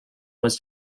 was